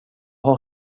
har